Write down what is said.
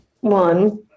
one